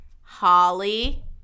Holly